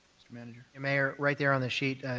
mr. manager. yeah mayor, right there on the sheet,